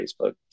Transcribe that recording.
Facebook